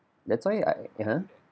that's why I (uh huh)